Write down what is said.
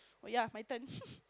ya my turn